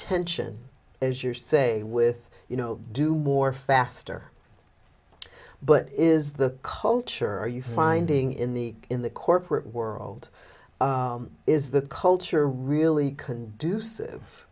tension as you're say with you know do more faster but is the culture are you finding in the in the corporate world is the culture really conducive